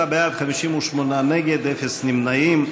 57 בעד, 58 נגד, אין נמנעים.